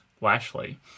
Lashley